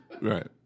Right